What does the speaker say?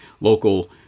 local